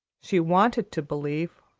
she wanted to believe,